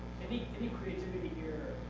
any any creativity here